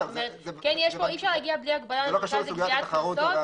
אי אפשר להגיע בלי הגבלה למרכז לגביית קנסות.